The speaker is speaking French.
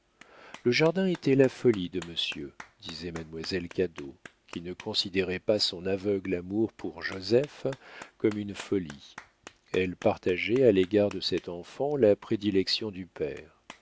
le jardin était la folie de monsieur disait mademoiselle cadot qui ne considérait pas son aveugle amour pour joseph comme une folie elle partageait à l'égard de cet enfant la prédilection du père